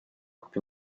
più